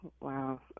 Wow